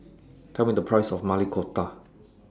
Tell Me The Price of Maili Kofta